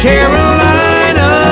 Carolina